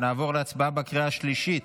נעבור להצבעה בקריאה שלישית